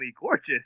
gorgeous